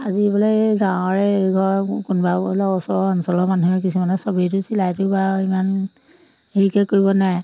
আজি বোলে এই গাঁৱৰে এই ঘৰ কোনোবা বোলে ওচৰৰ অঞ্চলৰ মানুহে কিছুমানে সবেইটো চিলাইটো বাৰু ইমান হেৰিকৈ কৰিব নোৱাৰে